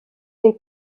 des